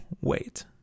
wait